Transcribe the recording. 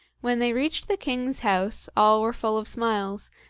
when they reached the king's house, all were full of smiles,